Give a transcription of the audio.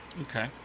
Okay